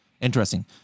interesting